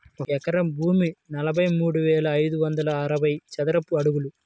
ఒక ఎకరం భూమి నలభై మూడు వేల ఐదు వందల అరవై చదరపు అడుగులు